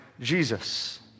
Jesus